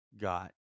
got